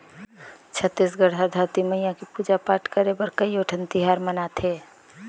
छत्तीसगढ़ हर धरती मईया के पूजा पाठ करे बर कयोठन तिहार मनाथे